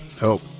help